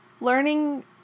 learning